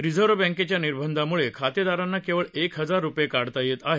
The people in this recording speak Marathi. रिझर्व बँकेच्या निर्बंधांमुळे खातेदारांना केवळ एक हजार रुपये काढता येत आहेत